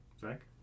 zach